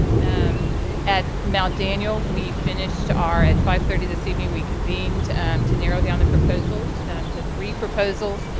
and um at mount daniel we finished our at five thirty this evening we convened to to narrow down the proposals to three proposals.